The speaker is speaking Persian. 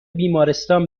بیمارستان